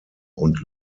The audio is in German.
und